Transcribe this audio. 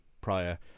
prior